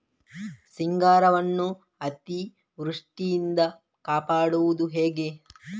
ಸಿಂಗಾರವನ್ನು ಅತೀವೃಷ್ಟಿಯಿಂದ ಕಾಪಾಡುವುದು ಹೇಗೆ?